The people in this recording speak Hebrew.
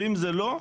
ואם זה לא,